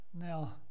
now